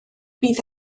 bydd